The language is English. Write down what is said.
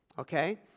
okay